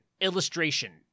illustration